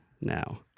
now